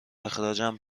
اخراجم